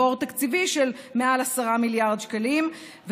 בור תקציבי של מעל 10 מיליארד שקלים.